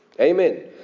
Amen